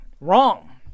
Wrong